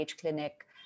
clinic